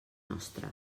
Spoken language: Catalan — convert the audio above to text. nostra